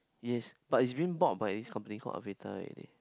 yes but it's being bought by this company called Avita already